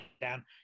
down